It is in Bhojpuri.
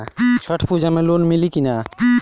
छठ पूजा मे लोन मिली की ना?